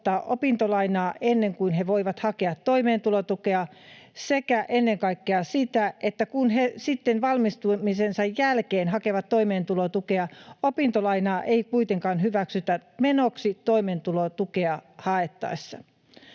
ottaa opintolainaa ennen kuin he voivat hakea toimeentulotukea sekä ennen kaikkea sitä, että kun he sitten valmistumisensa jälkeen hakevat toimeentulotukea, opintolainaa ei kuitenkaan hyväksytä menoksi toimeentulotukea haettaessa.